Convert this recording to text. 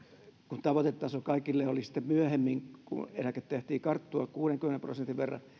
kun tavoitetaso kaikille oli sitten myöhemmin että kun eläkettä ehtii karttua kuudenkymmenen prosentin verran